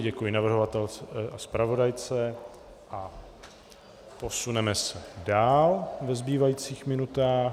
Děkuji navrhovatelce a zpravodajce a posuneme se dál ve zbývajících minutách.